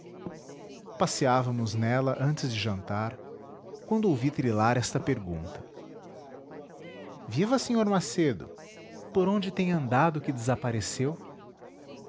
passeávamos nela antes de jantar quando ouvi trilar esta pergunta viva sr macedo por onde tem andado que desapareceu